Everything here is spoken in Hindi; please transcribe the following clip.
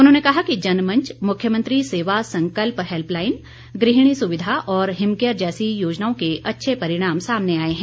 उन्होंने कहा कि जनमंच मुख्यमंत्री सेवा संकल्प हैल्पलाईन गृहिणी सुविधा और हिमकेयर जैसी योजनाओं के अच्छे परिणाम सामने आए हैं